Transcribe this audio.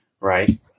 Right